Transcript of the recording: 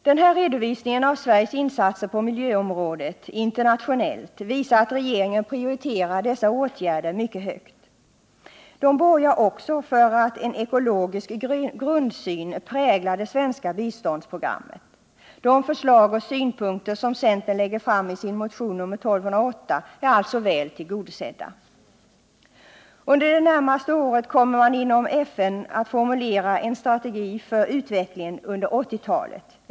Den här redovisningen av Sveriges internationella insatser på miljöområdet visar att regeringen prioriterar dessa åtgärder mycket starkt. De borgar också för att en ekologisk grundsyn präglar det svenska biståndsprogrammet. De förslag och synpunkter som centern lägger fram i sin motion nr 1208 är alltså väl tillgodosedda. Under det närmaste året kommer man att inom FN formulera en strategi för utvecklingen under 1980-talet.